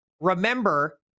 Remember